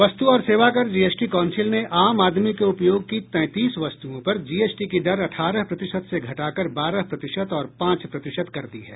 वस्तु और सेवा कर जीएसटी काउंसिल ने आम आदमी के उपयोग की तैंतीस वस्तुओं पर जीएसटी की दर अठारह प्रतिशत से घटाकर बारह प्रतिशत और पांच प्रतिशत कर दी है